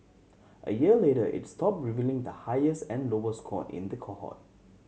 a year later it stopped revealing the highest and lowest score in the cohort